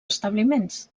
establiments